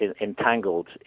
Entangled